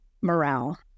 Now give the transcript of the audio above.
morale